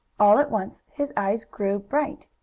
all at once his eyes grew bright.